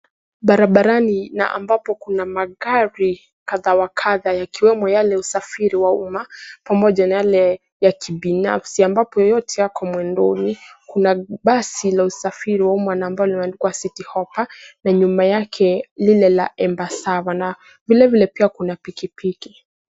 Barabarani na ambapo kuna magari kadha wa kadha yakiwemo yale ya usafiri wa umma pamoja na yale ya kibinafsi ambapo yote yako mwendoni. Kuna basi la usafiri wa umma ambalo limeandikwa Citi Hoppa na nyuma yake lile la Embassava. Na vile vile pia kuna pikipiki.